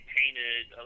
painted